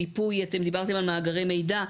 מיפוי, אתם דיברתם על מאגרי מידע.